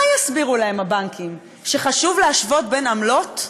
מה יסבירו להם הבנקים, שחשוב להשוות בין עמלות,